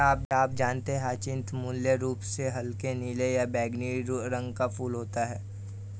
क्या आप जानते है ह्यचीन्थ मूल रूप से हल्के नीले या बैंगनी रंग का फूल होता है